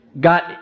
got